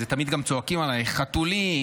גם תמיד צועקים עלייך: חתולים,